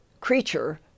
creature